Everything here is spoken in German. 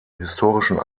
historischen